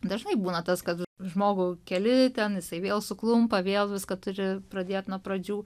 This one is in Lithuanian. dažnai būna tas kad žmogų keli ten jisai vėl suklumpa vėl viską turi pradėt nuo pradžių